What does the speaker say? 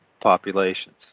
populations